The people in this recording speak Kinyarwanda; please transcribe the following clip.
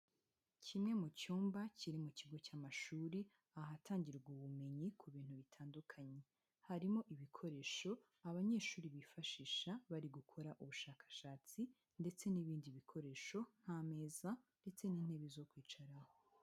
Kimwe mu cyumba kiri mu kigo cy'amashuri, ahatangirwa ubumenyi, ku bintu bitandukanye. Harimo ibikoresho, abanyeshuri bifashisha, bari gukora ubushakashatsi, ndetse n'ibindi bikoresho, nk'ameza ndetse n'intebe zo kwicaraho.